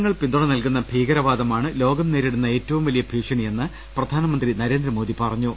P Dinesh രാഷ്ട്രങ്ങൾ പിന്തുണ നൽകുന്ന ഭീകരവാദമാണ് ലോകം നേരിടുന്ന ഏറ്റവും വലിയ ഭീഷണിയെന്ന് പ്രധാനമന്ത്രി നരേ ന്ദ്രമോദി പറഞ്ഞു